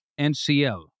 NCL